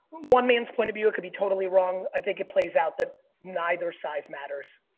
one man's point of view. it could be totally wrong. i think it plays out that neither size matters.